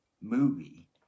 movie